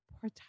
poor